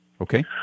Okay